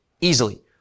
easily